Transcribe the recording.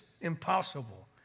impossible